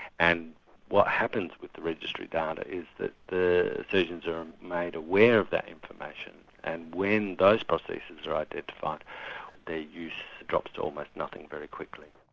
and what happens with the registry data is that the surgeons are made aware of that information and when those prostheses are identified their use drops to almost nothing very quickly.